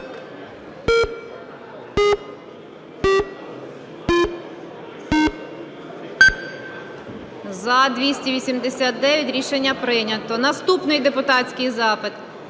За-289 Рішення прийнято. Наступний депутатський запит.